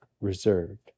reserved